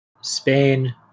spain